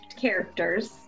characters